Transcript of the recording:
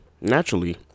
naturally